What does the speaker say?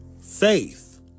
Faith